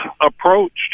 approached